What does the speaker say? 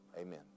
Amen